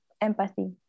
empathy